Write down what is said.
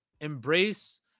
embrace